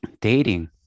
dating